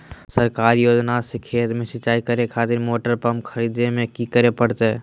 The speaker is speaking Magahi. सरकारी योजना से खेत में सिंचाई करे खातिर मोटर पंप खरीदे में की करे परतय?